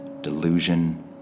delusion